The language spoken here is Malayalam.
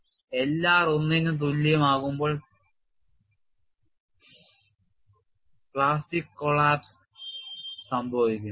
L r 1 ന് തുല്യമാകുമ്പോൾ തകർച്ച സംഭവിക്കും